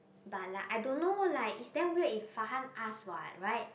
but like I don't know like it's damn weird if Farhan ask what right